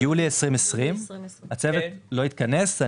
מיולי 2020. הצוות לא התכנס.